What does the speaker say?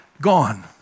gone